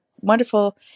wonderful